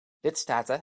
lidstaten